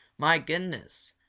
my goodness,